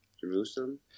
jerusalem